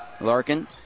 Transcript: Larkin